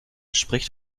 spricht